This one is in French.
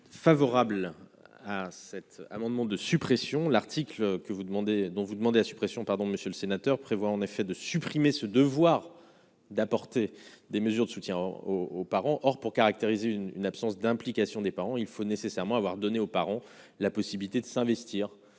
favorable à cet amendement de suppression de l'article que vous demandez dont vous demandez la suppression, pardon, Monsieur le Sénateur, prévoit en effet de supprimer ce devoir d'apporter des mesures de soutien au aux parents, or pour caractériser une absence d'implication des parents, il faut nécessairement avoir donné aux parents la possibilité de s'investir